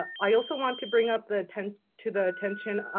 i also want to bring up the tenth to the attention.